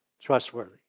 trustworthy